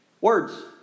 Words